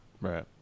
right